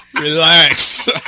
Relax